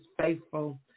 faithful